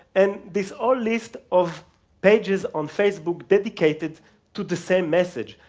and this whole list of pages on facebook dedicated to the same message,